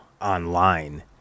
online